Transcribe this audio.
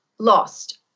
Lost